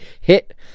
hit